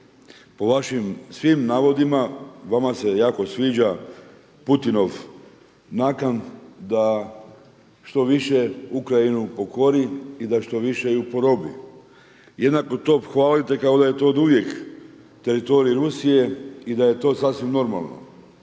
Po vašim svim navodima vama se jako sviđa Putinov nakan da što više Ukrajinu pokori i da što više ju porobi. Jednako to hvalite kao da je to oduvijek teritorij Rusije i da je to sasvim normalno.